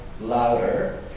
louder